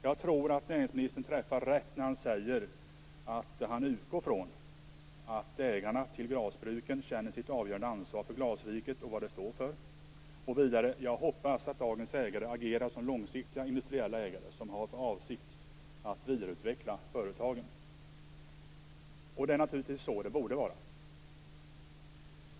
Jag tror att näringsministern träffar rätt när han säger: "Jag utgår därför självfallet från att ägarna till glasbruken känner sitt avgörande ansvar för glasriket och vad det står för." Vidare säger han: "Jag hoppas att dagens ägare agerar som långsiktiga industriella ägare som har för avsikt att vidareutveckla företagen." Det är naturligtvis så det borde vara.